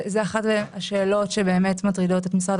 זו אחת השאלות שמעסיקות את משרד